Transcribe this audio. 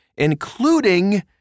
including